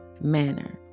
manner